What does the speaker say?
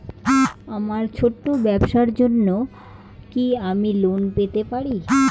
আমার ছোট্ট ব্যাবসার জন্য কি আমি লোন পেতে পারি?